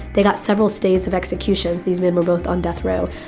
they got several stays of executions. these men were both on death row.